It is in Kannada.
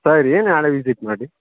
ಸರೀ ನಾಳೆ ವಿಸಿಟ್ ಮಾಡಿ